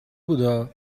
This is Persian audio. بودا